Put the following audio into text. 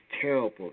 terrible